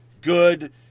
good